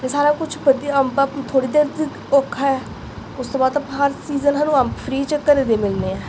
ਅਤੇ ਸਾਰਾ ਕੁਛ ਵਧੀਆ ਅੰਬਾਂ ਥੋੜ੍ਹੀ ਦੇਰ ਔਖਾ ਹੈ ਉਸ ਤੋਂ ਬਾਅਦ ਤਾਂ ਆਪਾਂ ਹਰ ਸੀਜ਼ਨ ਸਾਨੂੰ ਅੰਬ ਫਰੀ 'ਚ ਘਰ ਦੇ ਮਿਲਣੇ ਹੈ